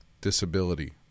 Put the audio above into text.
disability